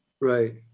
right